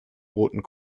roten